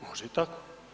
Može i tako.